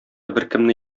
беркемне